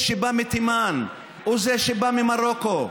האם זה שבא מתימן, או זה שבא ממרוקו,